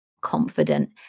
confident